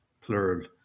plural